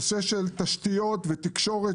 נושא של תשתיות ותקשורת